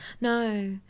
No